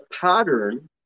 pattern